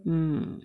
mm